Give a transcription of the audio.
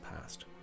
past